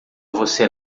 você